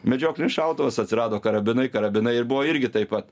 medžioklinis šautuvas atsirado karabinai karabinai ir buvo irgi taip pat